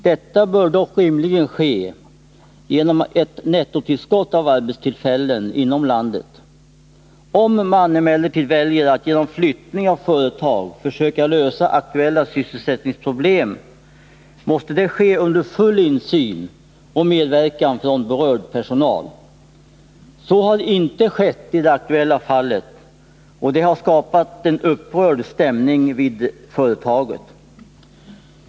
Detta bör dock rimligen ske genom ett nettotillskott av arbetstillfällen inom landet. Om man emellertid väljer att genom flyttning av företag försöka lösa aktuella sysselsättningsproblem, måste det ske under full insyn och medverkan från berörd personal. Så har inte skett i det aktuella fallet, och det har skapat en upprörd stämning vid företaget.